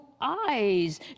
eyes